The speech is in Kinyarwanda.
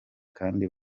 kandi